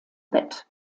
bett